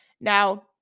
Now